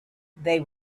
they